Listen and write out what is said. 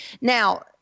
Now